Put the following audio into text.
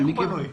איך הוא בנוי?